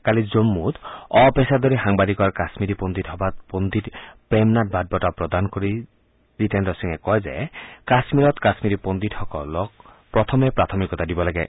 কালি জম্মূত অপেছাদাৰী সাংবাদিকৰ কাশ্মীৰি পণ্ডিত সভাত পণ্ডিত প্ৰেমনাথ ভাট বঁটা প্ৰদান কৰি জিতেন্দ্ৰ সিঙে কয় যে কাশ্মীৰত কাশ্মীৰি পণ্ডিতসকলক প্ৰাথমিকতা দিব লাগে